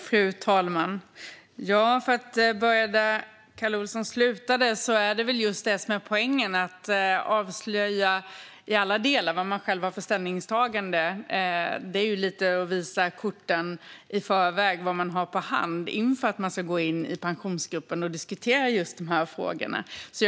Fru talman! Jag ska börja där Kalle Olsson slutade. Att i alla delar avslöja vad man själv gör för ställningstaganden är lite grann att visa korten i förväg och visa vad man har på hand inför att man ska gå in i Pensionsgruppen och diskutera just dessa frågor. Det är själva poängen.